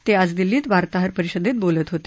ते आज दिल्लीत वार्ताहर परिषदेत बोलत होते